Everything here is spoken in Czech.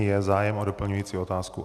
Je zájem o doplňující otázku?